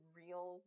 real